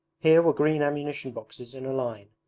here were green ammunition boxes in a line,